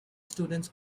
students